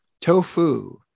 tofu